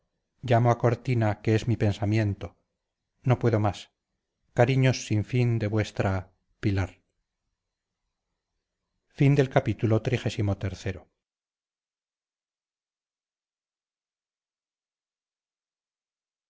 a cortina que es mi pensamiento no puedo más cariños sin fin de vuestra pilar